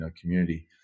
community